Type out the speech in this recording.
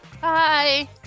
Bye